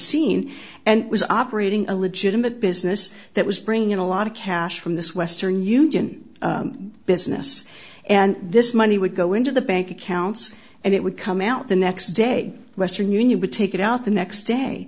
scene and was operating a legitimate business that was bringing in a lot of cash from this western union business and this money would go into the bank accounts and it would come out the next day western union would take it out the next